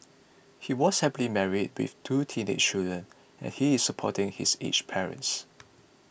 he was happily married with two teenage children and he is supporting his aged parents